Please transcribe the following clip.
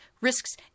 risks